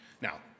Now